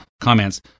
comments